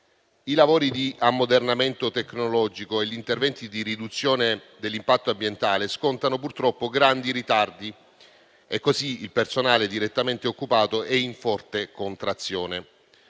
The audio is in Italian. I lavori di ammodernamento tecnologico e gli interventi di riduzione dell'impatto ambientale scontano purtroppo grandi ritardi e così il personale direttamente occupato è in forte contrazione.